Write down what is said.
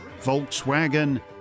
Volkswagen